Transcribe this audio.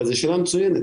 אבל זו שאלה מצוינת.